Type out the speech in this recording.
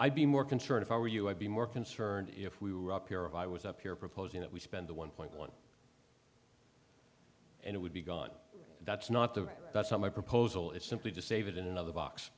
i'd be more concerned if i were you i'd be more concerned if we were up here if i was up here proposing that we spend the one point one and it would be gone that's not the right that's not my proposal is simply to save it in another box